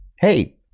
Hey